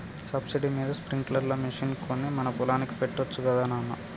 subsidy మీద sprinkler machine కొని మన పొలానికి పెట్టొచ్చు గదా నాన